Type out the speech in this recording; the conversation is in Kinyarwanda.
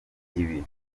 ibi